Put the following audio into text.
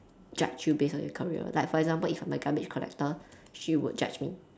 judge you based on your career like for example if I'm a garbage collector she would judge me